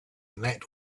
that